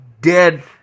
dead